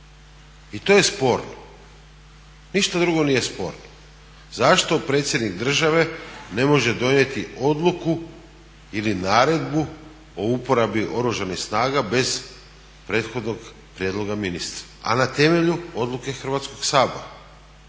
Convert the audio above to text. I to je sporno. Ništa drugo nije sporno. Zašto predsjednik Države ne može donijeti odluku ili naredbu o uporabi Oružanih snaga bez prethodnog prijedloga ministra a na temelju odluke Hrvatskoga sabora?